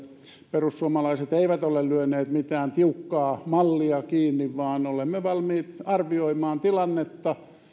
perussuomalaiset eivät ole lyöneet mitään tiukkaa mallia kiinni vaan olemme valmiit arvioimaan tilannetta